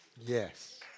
Yes